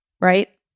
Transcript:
right